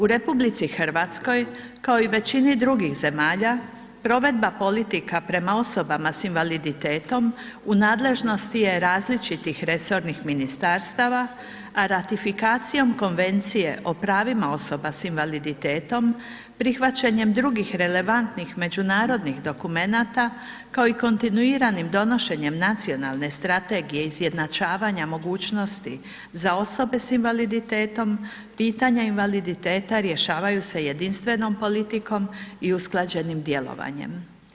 U RH kao i većini drugih zemalja, provedba politika prema osobama s invaliditetom u nadležnosti je različitih resornih ministarstava, a ratifikacijom Konvencije o pravima osoba s invaliditetom, prihvaćanjem drugih relevantnih međunarodnih dokumenata, kao i kontinuiranim donošenjem nacionalne strategije izjednačavanja mogućnosti za osobe s invaliditetom, pitanje invaliditeta rješavaju se jedinstvenom politikom i usklađenim djelovanjem.